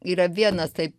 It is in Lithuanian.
yra vienas taip